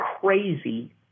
crazy